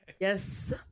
Yes